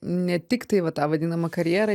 ne tiktai va tą vadinamą karjerą